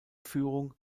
führung